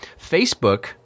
Facebook